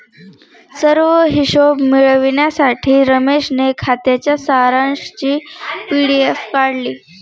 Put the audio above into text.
सर्व हिशोब मिळविण्यासाठी रमेशने खात्याच्या सारांशची पी.डी.एफ काढली